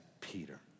Peter